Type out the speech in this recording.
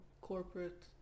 corporate